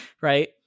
right